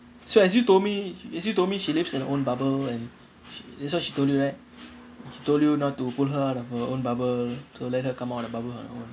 so as you told me as you told me she lives in her own bubble and she that's what she told you right she told you not to pull her out of her own bubble so let her come out of the bubble on her own